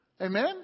Amen